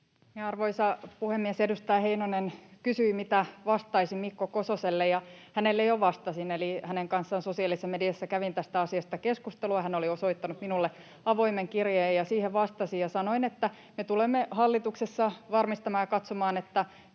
Arvoisa puhemies! Edustaja Heinonen kysyi, mitä vastaisin Mikko Kososelle — ja hänelle jo vastasin, eli hänen kanssaan sosiaalisessa mediassa kävin tästä asiasta keskustelua. Hän oli osoittanut minulle avoimen kirjeen, ja siihen vastasin ja sanoin, että me tulemme hallituksessa varmistamaan ja katsomaan, että